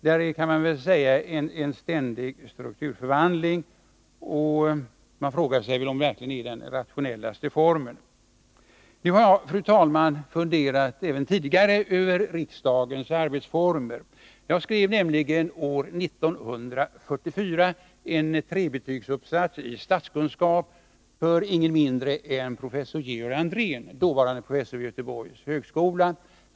Det pågår, kan man säga, en ständig strukturförvandling, och man frågar sig om det här verkligen är den mest rationella debattformen. Jag har, fru talman, även tidigare funderat över riksdagens arbetsformer. Jag skrev nämligen år 1944 en trebetygsuppsats i statskunskap för ingen mindre än Georg Andrén, dåvarande professorn vid Göteborgs högskola.